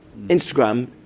Instagram